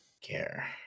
care